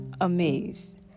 amazed